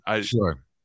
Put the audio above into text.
Sure